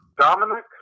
Dominic